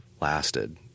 lasted